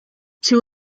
two